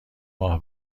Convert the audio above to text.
ماه